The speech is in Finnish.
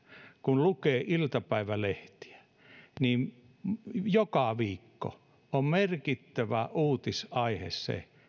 kun lukee iltapäivälehtiä ja joka viikko on merkittävä uutisaihe se